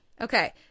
Okay